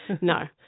No